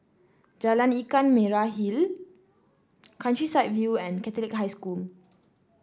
Jalan Ikan Merah Hill Countryside View and Catholic High School